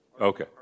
Okay